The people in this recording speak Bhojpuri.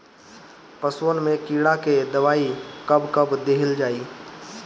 पशुअन मैं कीड़ा के दवाई कब कब दिहल जाई?